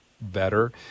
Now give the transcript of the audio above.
better